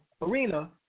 Marina